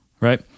Right